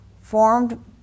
formed